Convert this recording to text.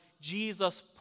Jesus